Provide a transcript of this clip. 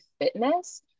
fitness